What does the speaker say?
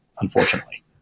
Unfortunately